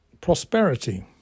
prosperity